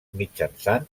mitjançant